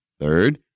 Third